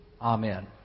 Amen